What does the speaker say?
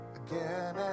again